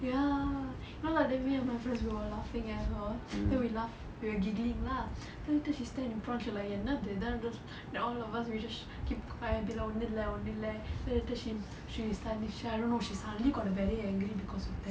ya now then me and my friends we were laughing at her then we laugh we were giggling lah then later she stand in front of she'll like என்னது:ennathu then I'm just then all of us we just keep quiet be like ஒன்னு இல்லே ஒன்னு இல்லே:onnu illae onnu illae then later she she sta~ she I don't know she suddenly got very angry because of that